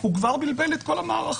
הוא כבר בלבל את המערכות.